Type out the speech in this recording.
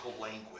language